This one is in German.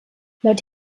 laut